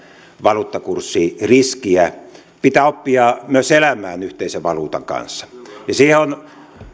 valuuttakurssiriskiä pitää oppia myös elämään yhteisen valuutan kanssa siihen on